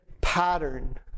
pattern